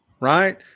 right